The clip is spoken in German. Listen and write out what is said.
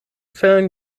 fällen